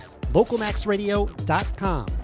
localmaxradio.com